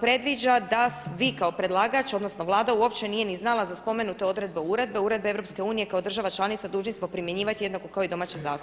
predviđa da vi kao predlagač, odnosno Vlada uopće nije ni znala za spomenute odredbe uredbe, uredbe EU kao država članica dužni smo primjenjivati jednako kao i domaće zakone.